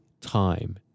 time